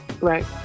Right